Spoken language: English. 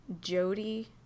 Jody